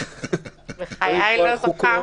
בחיי, לא זכרתי.